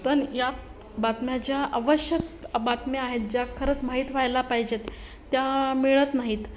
पण या बातम्या ज्या आवश्यक बातम्या आहेत ज्या खरंच माहीत व्हायला पाहिजेत त्या मिळत नाहीत